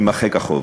יימחק החוב.